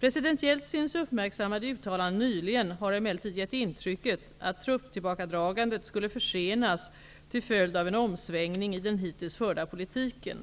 President Jeltsins uppmärksammade uttalande nyligen har emellertid gett intrycket att trupptillbakadragandet skulle försenas till följd av en omsvängning i den hittills förda politiken.